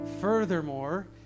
Furthermore